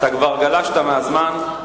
אתה כבר גלשת מהזמן.